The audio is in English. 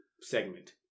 segment